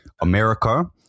america